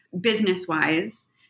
business-wise